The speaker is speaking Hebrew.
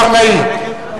ברנאי.